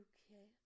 Okay